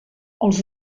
els